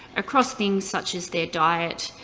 across things such as their diet,